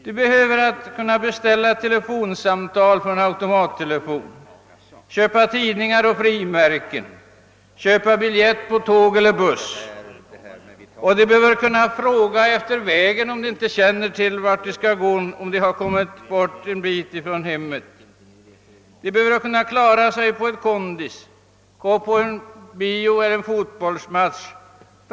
De behöver kunna beställa telefonsamtal från en automattelefon, köpa tidningar och frimärken och köpa biljett på tåg eller buss. De behöver också kunna fråga efter vägen, om de inte känner till vart de skall gå när de har kommit bort ett stycke från hemmet. De behöver kunna klara sig på ett kondis, gå på bio eller på en fotbollsmatch.